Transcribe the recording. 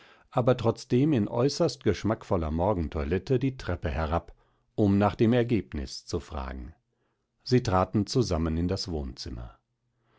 aber trotzdem in äußerst geschmackvoller morgentoilette die treppe herab um nach dem ergebnis zu fragen sie traten zusammen in das wohnzimmer